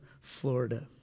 florida